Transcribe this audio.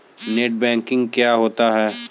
Net banking क्या होता है?